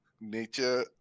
Nature